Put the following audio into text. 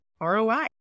ROI